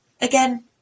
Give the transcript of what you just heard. again